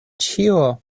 ĉio